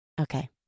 Okay